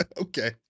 Okay